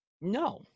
no